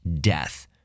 death